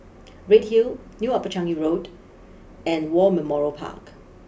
Redhill new Upper Changi Road and War Memorial Park